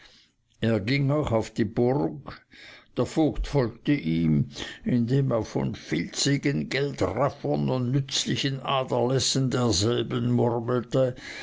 er ging auch auf die burg der vogt folgte ihm indem er von filzigen geldraffern und nützlichen aderlässen derselben murmelte